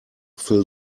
fill